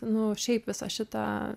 nu šiaip visą šitą